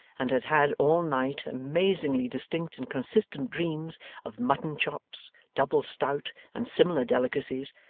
and had had, all night, amazingly distinct and consistent dreams of mutton chops, double stout, and similar delicacies,